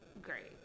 great